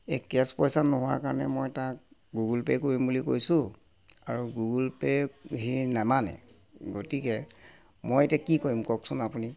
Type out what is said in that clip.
এই কেশ্ব পইচা নোহোৱাৰ কাৰণে মই তাক গুগল পে' কৰিম বুলি কৈছোঁ আৰু গুগল পে' সি নামানে গতিকে মই এতিয়া কি কৰিম কওকচোন আপুনি